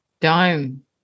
Dome